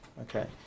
Okay